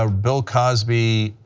ah bill cosby,